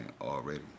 already